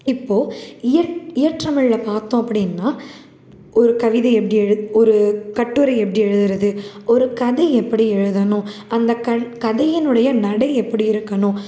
இப்போது இயற் இயற்றமிழில் பார்த்தோம் அப்படின்னா ஒரு கவிதை எப்படி ஒரு கட்டுரை எப்படி எழுதுகிறது ஒரு கதை எப்படி எழுதணும் அந்த கதையினுடைய நடை எப்படி இருக்கணும்